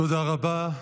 תודה רבה.